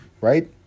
right